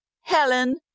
Helen